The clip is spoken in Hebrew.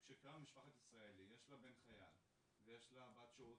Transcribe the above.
שגם למשפחת ישראלי יש לה בן חייל ויש לה בת שירות